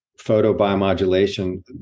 photobiomodulation